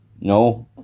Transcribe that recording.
no